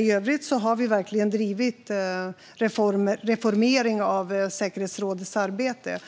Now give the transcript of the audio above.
I övrigt har vi verkligen drivit på för en reformering av säkerhetsrådets arbete.